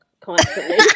constantly